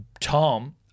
Tom